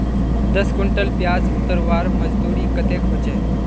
दस कुंटल प्याज उतरवार मजदूरी कतेक होचए?